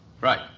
Right